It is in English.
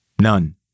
None